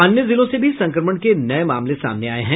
अन्य जिलों से भी संक्रमण के नये मामले सामने आये हैं